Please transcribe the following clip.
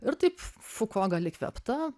ir taip fu fuko gal įkvėpta